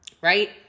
Right